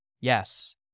yes